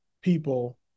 people